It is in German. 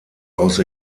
aus